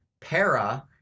para